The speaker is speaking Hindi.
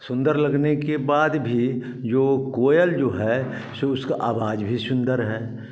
सुन्दर लगने के बाद भी जो कोयल जो है सो उसका आवाज़ भी सुन्दर है